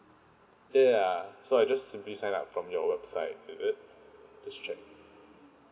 ya ya so i just simply sign up from your website err just check